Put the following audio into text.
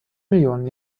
millionen